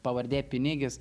pavardė pinigis